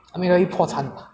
还没有一破产